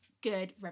good